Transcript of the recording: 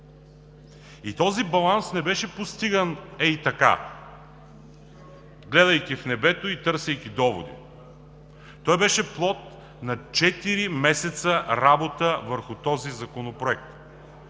И този баланс не беше постиган ей така, гледайки в небето и търсейки долу. Той беше плод на четири месеца работа върху този законопроект.